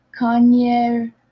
Kanye